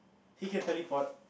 he can teleport